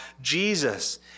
Jesus